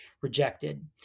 rejected